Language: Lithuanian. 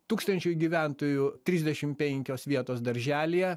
tūkstančiui gyventojų trisdešim penkios vietos darželyje